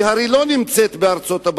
היא הרי לא נמצאת בארצות-הברית,